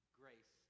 grace